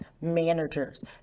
managers